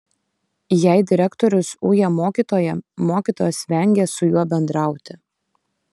jei direktorius uja mokytoją mokytojas vengia su juo bendrauti